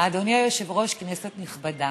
אדוני היושב-ראש, כנסת נכבדה,